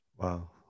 Wow